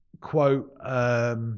quote